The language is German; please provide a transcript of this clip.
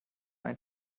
ein